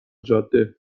جاده